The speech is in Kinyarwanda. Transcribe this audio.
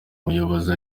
muyobozi